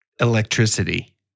Electricity